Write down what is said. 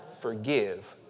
forgive